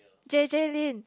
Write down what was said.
J_J Lin